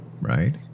Right